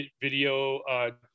video –